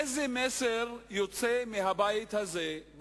איזה מסר יוצא מהבית הזה,